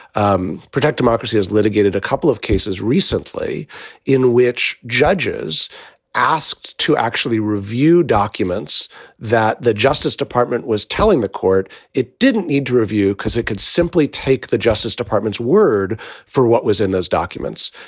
um protect democracy is litigated. a couple of cases recently in which judges asked to actually review documents that the justice department was telling the court it didn't need to review because it could simply take the justice department's word for what was in those documents.